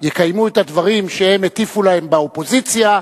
יקיימו את הדברים שהם הטיפו להם באופוזיציה,